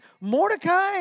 Mordecai